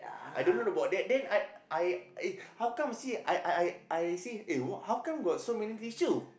I don't know about that then I I I how come seh I I I say eh how come got so many tissue